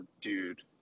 dude